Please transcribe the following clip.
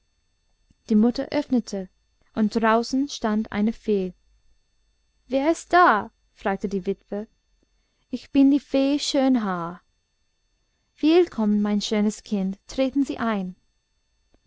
die mutter öffnete und draußen stand eine fee wer ist da fragte die witwe ich bin die fee schönhaar willkommen mein schönes kind treten sie ein